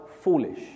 foolish